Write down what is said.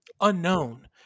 unknown